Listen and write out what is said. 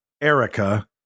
Erica